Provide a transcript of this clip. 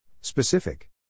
Specific